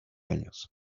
años